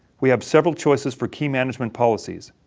we have several choices for key management policies.